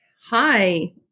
Hi